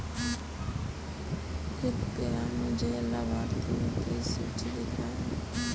कृपया मुझे लाभार्थियों की सूची दिखाइए